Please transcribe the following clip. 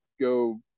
go